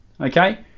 okay